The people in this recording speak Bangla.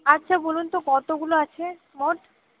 আচ্ছা বলুন তো কতোগুলো আছে মোট